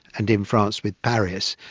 and in france with paris,